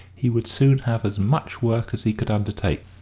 he would soon have as much work as he could undertake.